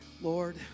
Lord